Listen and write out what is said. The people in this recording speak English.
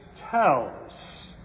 tells